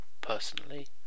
personally